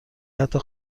حتی